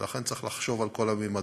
ולכן צריך לחשוב על כל הממדים.